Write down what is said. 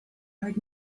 heard